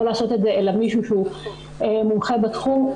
לעשות את זה אלא מישהו שהוא מומחה בתחום.